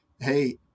hey